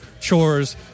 chores